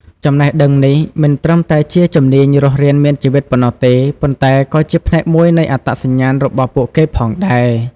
ចំណេះដឹងនេះមិនត្រឹមតែជាជំនាញរស់រានមានជីវិតប៉ុណ្ណោះទេ ប៉ុន្តែក៏ជាផ្នែកមួយនៃអត្តសញ្ញាណរបស់ពួកគេផងដែរ។